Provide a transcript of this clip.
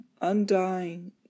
undying